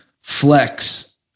flex